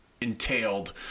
entailed